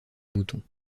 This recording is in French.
mouton